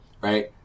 right